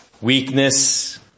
weakness